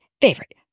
favorite